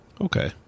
Okay